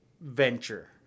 venture